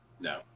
No